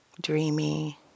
dreamy